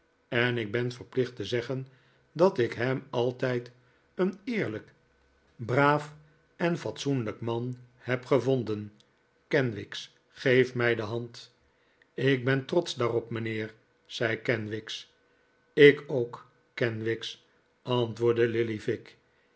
en ik ben verplicht te zeggen dat ik hem altijd een eerlijk braaf en fatsoenlijk man heb gevonden kenwigs geef mij de hand ik ben trotsch daarop mijnheer zei kenwigs ik ook kenwigs antwoordde lillyvick